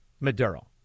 Maduro